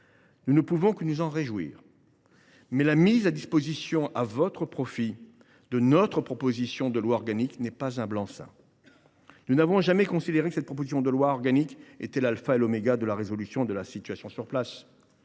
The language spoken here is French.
Nous ne pouvons que nous en réjouir. La mise à disposition à votre profit de notre proposition de loi organique n’est toutefois pas un blanc seing. Nous n’avons jamais considéré que cette proposition de loi organique était l’alpha et l’oméga de la résolution des difficultés